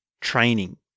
training